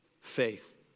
faith